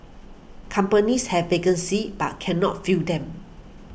companies have vacancies but cannot fill them